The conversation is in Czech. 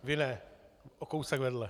Vy ne, o kousek vedle.